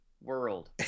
world